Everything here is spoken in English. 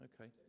Okay